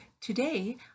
today